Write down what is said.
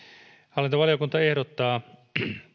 hallintovaliokunta ehdottaa